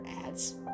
ads